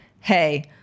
Hey